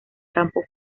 campo